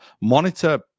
Monitor